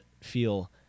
feel